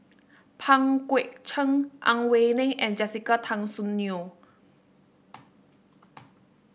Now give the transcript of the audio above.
Pang Guek Cheng Ang Wei Neng and Jessica Tan Soon Neo